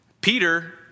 Peter